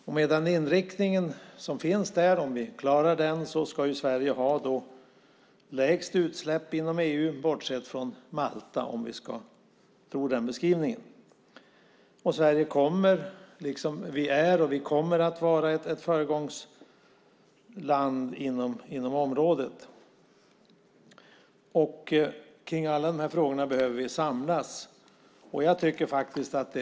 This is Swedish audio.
Om vi klarar inriktningen där ska Sverige ha de lägsta utsläppen inom EU bortsett från Malta - om vi ska tro den beskrivning som finns. Sverige är och kommer att vara ett föregångsland inom området. Vi behöver samlas kring alla de här frågorna.